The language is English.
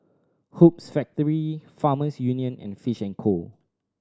Hoops Factory Farmers Union and Fish and Co